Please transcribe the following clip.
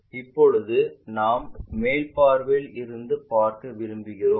இப்போது நாம் மேல் பார்வையில் இருந்து பார்க்க விரும்புகிறோம்